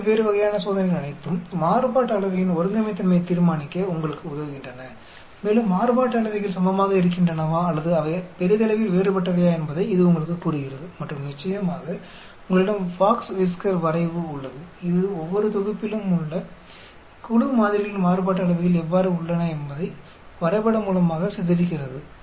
இந்த வெவ்வேறு வகையான சோதனைகள் அனைத்தும் மாறுபாட்டு அளவையின் ஒருங்கமைத்தன்மையைத் தீர்மானிக்க உங்களுக்கு உதவுகின்றன மேலும் மாறுபாட்டு அளவைகள் சமமாக இருக்கின்றனவா அல்லது அவை பெரிதளவில் வேறுபட்டவையா என்பதை இது உங்களுக்குக் கூறுகிறது மற்றும் நிச்சயமாக உங்களிடம் பாக்ஸ் விஸ்கர் வரைவு உள்ளது இது ஒவ்வொரு தொகுப்பிலும் உள்ள குழு மாதிரிகளின் மாறுபாட்டு அளவைகள் எவ்வாறு உள்ளன என்பதை வரைபடம் மூலமாக சித்தரிக்கிறது